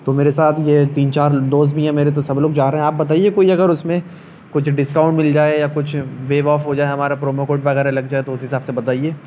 تو میرے ساتھ یہ تین چار دوست بھی ہیں میرے تو سب لوگ جا رہے ہیں آپ بتائیے کوئی اگر اس میں کچھ ڈسکاؤنٹ مل جائے یا کچھ ویو آف ہو جائے ہمارا پرومو کوڈ وغیرہ لگ جائے تو اس حساب سے بتائیے